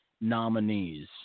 nominees